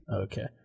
okay